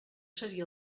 seria